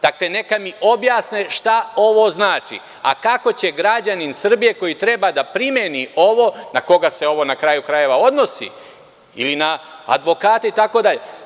Dakle, neka mi objasne šta ovo znači, a kako će građanin Srbijekoji treba da primeni ovo, na koga se ovo, na kraju krajeva, odnosi, ili na advokate, itd.